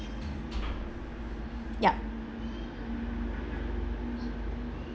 yup